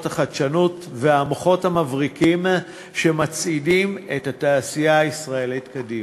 החדשנות והמוחות המבריקים שמצעידים את התעשייה הישראלית קדימה.